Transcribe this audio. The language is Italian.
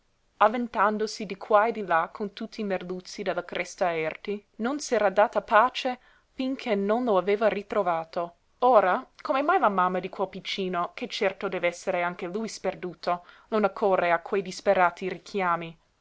avventandosi di qua e di là con tutti i merluzzi della cresta erti non s'era data pace finché non lo aveva ritrovato ora come mai la mamma di quel piccino che certo dev'essere anche lui sperduto non accorre a quei disperati richiami